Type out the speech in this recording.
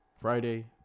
Friday